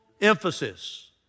emphasis